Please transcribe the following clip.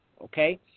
Okay